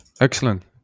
Excellent